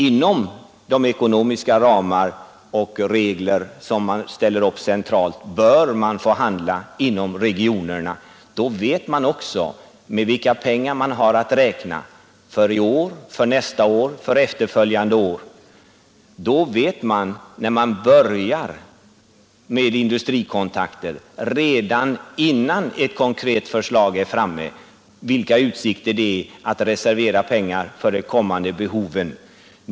Inom de ekonomiska ramar och regler som ställs upp centralt bör man få handla inom regionerna. Då vet man också med vilka pengar man har att räkna för i år, för nästa år, för efterföljande år. Då vet man, när man börjar med industrikontakter, redan innan ett konkret förslag är framme, vilka utsikter som finns att reservera pengar för de kommande behoven.